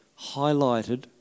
highlighted